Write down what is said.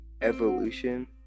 evolution